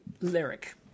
lyric